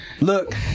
Look